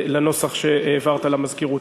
לנוסח שהעברת למזכירות.